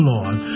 Lord